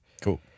Cool